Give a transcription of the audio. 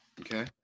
Okay